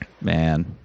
Man